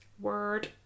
Word